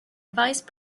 vice